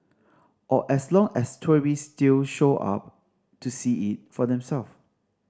or as long as tourist still show up to see it for themselves